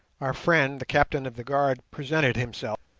our friend the captain of the guard presented himself,